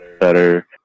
better